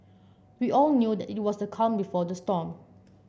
we all knew that it was the calm before the storm